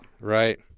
Right